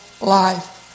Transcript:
life